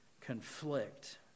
conflict